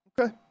Okay